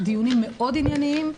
דיונים מאוד ענייניים,